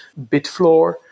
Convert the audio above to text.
Bitfloor